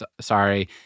sorry